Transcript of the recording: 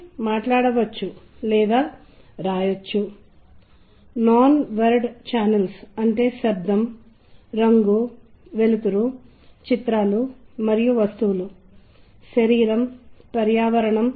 తక్కువ పౌనఃపున్యము తక్కువ పౌనఃపున్య తరంగము మరియు ఎక్కువ పౌనఃపున్య తరంగ స్వరాలు